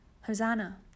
Hosanna